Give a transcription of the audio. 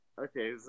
Okay